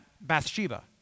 Bathsheba